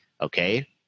Okay